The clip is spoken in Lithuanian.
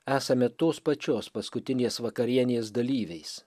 esame tos pačios paskutinės vakarienės dalyviais